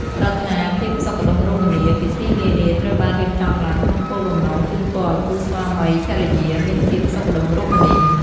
ប្រាថ្នាភាពសុខដុមរមនា ពិធីនានាត្រូវបានរៀបចំឡើងក្នុងគោលបំណងជូនពរឱ្យគូស្វាមីភរិយាមានភាពសុខដុមរមនា។